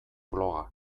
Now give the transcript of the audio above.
bloga